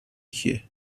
کیه